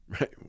right